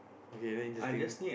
okay then interesting